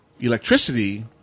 electricity